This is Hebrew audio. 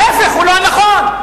ההיפך הוא לא הנכון.